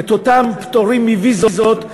את אותם פטורים מוויזות,